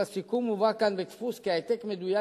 הסיכום מובא כאן בדפוס כי ההעתק מדויק